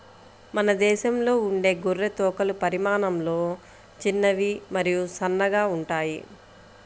మన దేశంలో ఉండే గొర్రె తోకలు పరిమాణంలో చిన్నవి మరియు సన్నగా ఉంటాయి